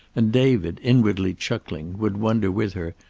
and david, inwardly chuckling, would wonder with her,